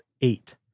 eight